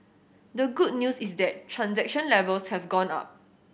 the good news is that transaction levels have gone up